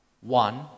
one